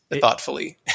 thoughtfully